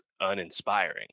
uninspiring